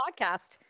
podcast